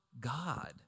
God